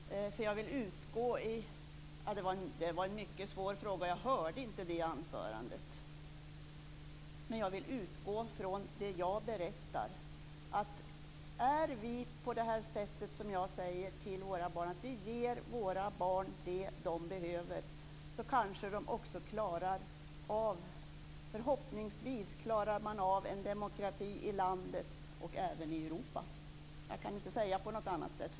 Fru talman! Jag tänkte först att inte svara. Det var en mycket svår fråga, och jag hörde inte riktigt. Men jag vill utgå från det jag berättat. Gör vi på det sättet som jag sade, att vi ger våra barn vad de behöver, klarar man förhoppningsvis också av demokratin i landet och även i Europa. Jag kan inte säga på något annat sätt.